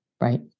right